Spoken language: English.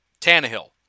Tannehill